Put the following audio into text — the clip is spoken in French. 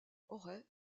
aurait